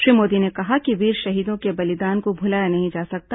श्री मोदी ने कहा कि वीर शहीदों के बलिदान को भुलाया नहीं जा सकता